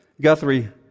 Guthrie